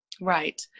right